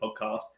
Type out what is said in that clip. podcast